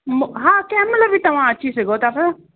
हा कंहिं महिल बि तव्हां अची सघो था पिया